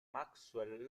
maxwell